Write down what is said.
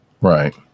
Right